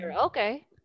okay